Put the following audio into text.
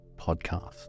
Podcast